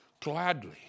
gladly